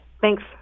Thanks